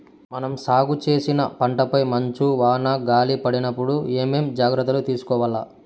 మనం సాగు చేసిన పంటపై మంచు, వాన, గాలి పడినప్పుడు ఏమేం జాగ్రత్తలు తీసుకోవల్ల?